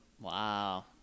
Wow